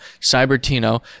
Cybertino